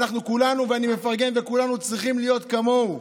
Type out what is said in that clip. כולנו, ואני מפרגן, צריכים להיות כמוהו.